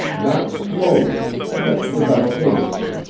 not slowly, yet without haste.